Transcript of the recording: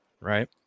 right